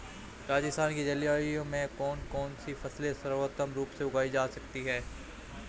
राजस्थान की जलवायु में कौन कौनसी फसलें सर्वोत्तम रूप से उगाई जा सकती हैं?